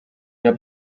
una